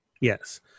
yes